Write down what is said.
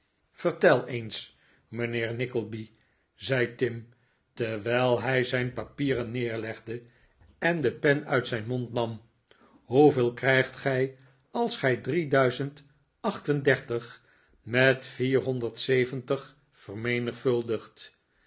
vertel eens mijnheer nickleby zei tim terwijl hij zijn papieren neerlegde en de pen uit zijn mond nam hoeveel krijgt gij als gij drie duizend acht en dertig met vierhonderd zeventig vermenigvuldigt